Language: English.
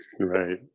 Right